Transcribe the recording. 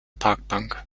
parkbank